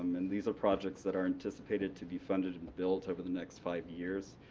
and these are projects that are anticipated to be funded and built over the next five years,